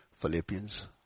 Philippians